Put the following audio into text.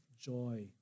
joy